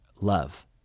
love